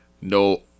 no